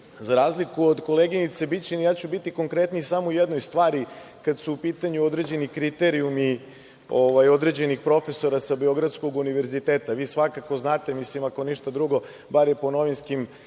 razliku od koleginice Bićanin, ja ću biti konkretniji samo u jednoj stvari kada su u pitanju određeni kriterijumi određenih profesora sa Beogradskog univerziteta. Vi svakako znate, ako ništa drugo, bar je po novinski